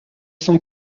cent